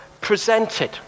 presented